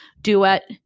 duet